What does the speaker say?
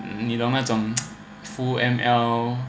你懂那种 full M_L